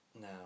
Now